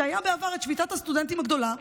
כשהייתה בעבר שביתת הסטודנטים הגדולה,